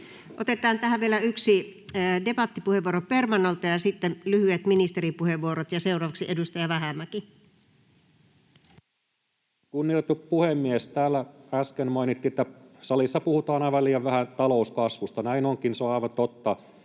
Otetaan tähän vielä yksi debattipuheenvuoro permannolta ja sitten lyhyet ministeripuheenvuorot. — Seuraavaksi edustaja Vähämäki. Kunnioitettu puhemies! Täällä äsken mainittiin, että salissa puhutaan aivan liian vähän talouskasvusta. Näin onkin, se on aivan totta,